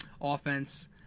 offense